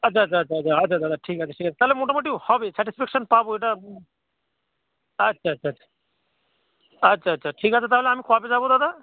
আচ্ছা আচ্ছা আচ্ছা আচ্ছা আচ্ছা দাদা ঠিক আছে ঠিক আছে তাহলে মোটামুটি হবে স্যাটিসফ্যাকশন পাবো এটা আচ্ছা আচ্ছা আচ্ছা আচ্ছা আচ্ছা ঠিক আছে তাহলে আমি কবে যাবো দাদা